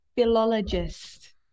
philologist